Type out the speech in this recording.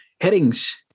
headings